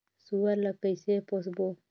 सुअर ला कइसे पोसबो?